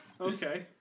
Okay